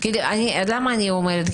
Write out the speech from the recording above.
למה אני אומרת?